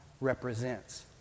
represents